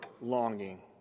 longing